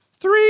three